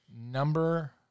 Number